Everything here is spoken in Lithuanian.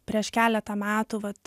prieš keletą metų vat